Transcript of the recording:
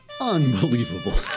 Unbelievable